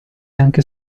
anche